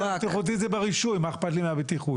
הבטיחותי זה ברישוי, מה אכפת לי מהבטיחות.